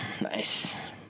Nice